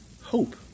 hope